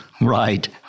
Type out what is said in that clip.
right